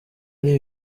ari